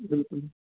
बिल्कुल